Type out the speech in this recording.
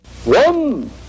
One